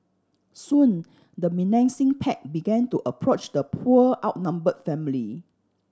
soon the menacing pack began to approach the poor outnumbered family